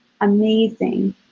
amazing